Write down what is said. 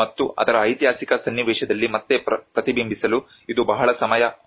ಮತ್ತು ಅದರ ಐತಿಹಾಸಿಕ ಸನ್ನಿವೇಶದಲ್ಲಿ ಮತ್ತೆ ಪ್ರತಿಬಿಂಬಿಸಲು ಇದು ಬಹಳ ಸಮಯ ಬೇಕಾಗುತ್ತದೆ